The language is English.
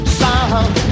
sound